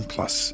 Plus